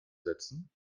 setzen